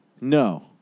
No